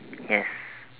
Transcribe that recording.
yes